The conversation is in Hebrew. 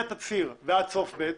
מהתצהיר ועד סוף ב',